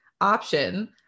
option